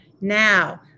Now